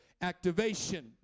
activation